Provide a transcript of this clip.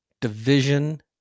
division